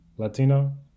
Latino